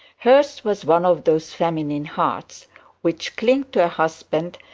hers was one of those feminine hearts which cling to a husband,